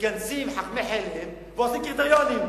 מתכנסים חכמי חלם ועושים קריטריונים.